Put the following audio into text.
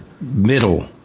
middle